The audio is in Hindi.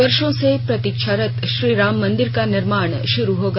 वर्षो से प्रतीक्षारत श्रीराम मंदिर का निर्माण श्रू होगा